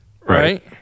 right